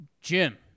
Jim